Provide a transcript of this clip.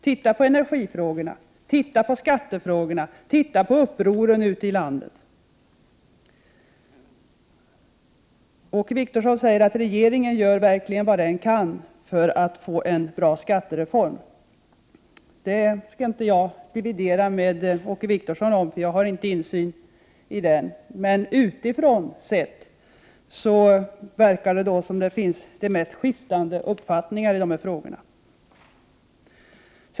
Titta på energifrågorna! Titta på skattefrågorna! Titta på upproren ute i landet! Åke Wictorsson säger att regeringen verkligen gör vad den kan för att få en bra skattereform. Det skall inte jag dividera med Åke Wictorsson om, för jag har inte insyn i det arbetet. Utifrån sett verkar det dock som om det finns de mest skiftande uppfattningar i dessa frågor.